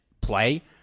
play